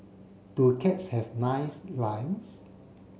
do cats have nice lives